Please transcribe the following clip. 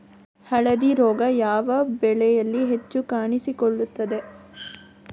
ಹಳದಿ ರೋಗ ಯಾವ ಬೆಳೆಯಲ್ಲಿ ಹೆಚ್ಚು ಕಾಣಿಸಿಕೊಳ್ಳುತ್ತದೆ?